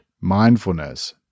mindfulness